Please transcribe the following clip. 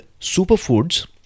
superfoods